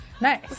Nice